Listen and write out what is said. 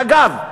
דרך אגב,